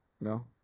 no